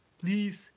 Please